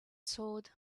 sword